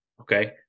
Okay